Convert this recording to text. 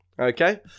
okay